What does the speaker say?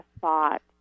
thought